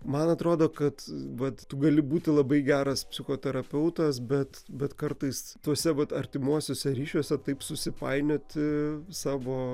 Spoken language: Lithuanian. man atrodo kad vat tu gali būti labai geras psichoterapeutas bet bet kartais tuose vat artimuosiuose ryšiuose taip susipainioti savo